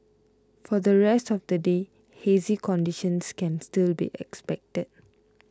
for the rest of the day hazy conditions can still be expected